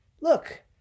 look